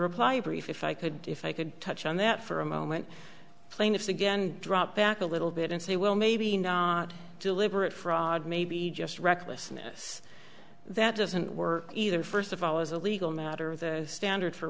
reply brief if i could if i could touch on that for a moment plaintiffs again drop back a little bit and say well maybe not deliberate fraud maybe just recklessness that doesn't work either first of all as a legal matter the standard for